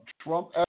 Trump